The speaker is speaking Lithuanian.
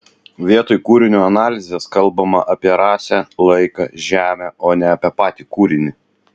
vietoj kūrinio analizės kalbama apie rasę laiką žemę o ne apie patį kūrinį